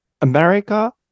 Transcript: America